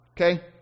Okay